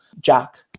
Jack